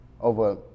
Over